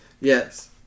Yes